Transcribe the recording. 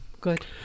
good